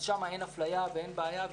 אז שם אין אפליה ואין בעיה.